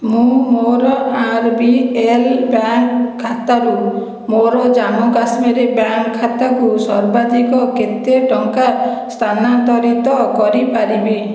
ମୁଁ ମୋର R B L bank ଖାତାରୁ ମୋ ଜାମ୍ମୁ କାଶ୍ମୀର ବ୍ୟାଙ୍କ ଖାତାକୁ ସର୍ବାଧିକ କେତେ ଟଙ୍କା ସ୍ଥାନାନ୍ତରିତ କରିପାରିବି